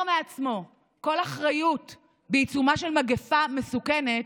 מעצמו כל אחריות בעיצומה של מגפה מסוכנת,